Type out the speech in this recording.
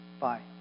bye